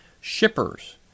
Shippers